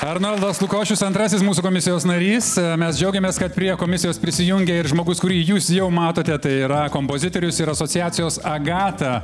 arnoldas lukošius antrasis mūsų komisijos narys mes džiaugiamės kad prie komisijos prisijungė ir žmogus kurį jūs jau matote tai yra kompozitorius ir asociacijos agata